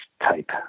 type